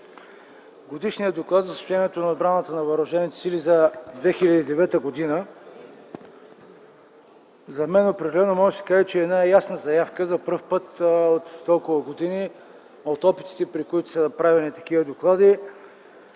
Годишният доклад за състоянието на отбраната и въоръжените сили за 2009 г. за мен определено може да се каже, че е една ясна заявка. За пръв път от толкова години от опитите, през които са правени такива доклади,